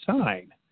sign